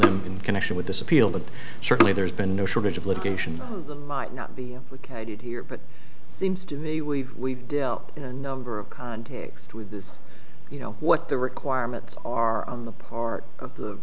them in connection with this appeal but certainly there's been no shortage of litigation none of them might not be implicated here but seems to me we've we've dealt in a number of contacts with this you know what the requirements are on the part of the